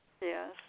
Yes